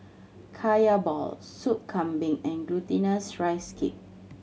Kaya balls Sop Kambing and Glutinous Rice Cake